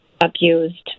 abused